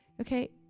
okay